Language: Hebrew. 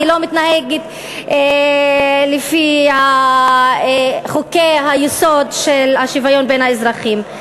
היא לא מתנהגת לפי חוקי-היסוד של השוויון בין האזרחים.